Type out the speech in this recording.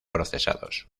procesados